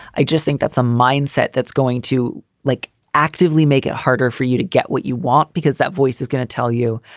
i just think that's a mindset that's going to like actively make it harder for you to get what you want because that voice is going to tell you.